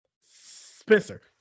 Spencer